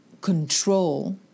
control